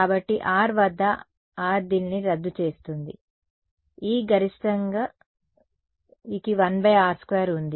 కాబట్టి r వద్ద r దీనిని రద్దు చేస్తుంది E గరిష్టంగా కి 1r2 ఉంది